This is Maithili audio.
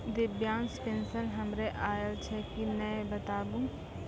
दिव्यांग पेंशन हमर आयल छै कि नैय बताबू?